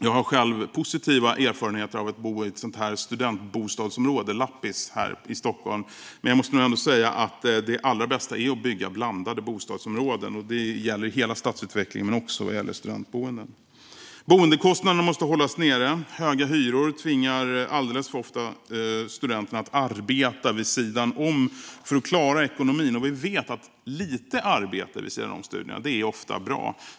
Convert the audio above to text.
Jag har själv positiva erfarenheter av att bo i ett studentbostadsområde, Lappis här i Stockholm. Men jag måste nog ändå säga att det allra bästa är att bygga blandade bostadsområden. Det gäller hela stadsutvecklingen, och det gäller också studentboenden. Boendekostnaderna måste hållas nere. Höga hyror tvingar alldeles för ofta studenter att arbeta vid sidan om för att klara ekonomin. Vi vet att lite arbete vid sidan om studierna ofta är bra.